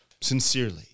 Sincerely